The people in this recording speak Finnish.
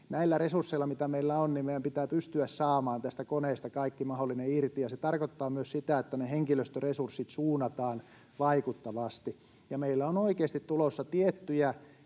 näillä resursseilla, mitä meillä on, pitää pystyä saamaan tästä koneesta kaikki mahdollinen irti. Ja se tarkoittaa myös sitä, että ne henkilöstöresurssit suunnataan vaikuttavasti. Ja meillä on oikeasti tulossa tiettyjä